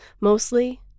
Mostly